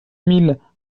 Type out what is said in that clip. mille